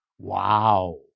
Wow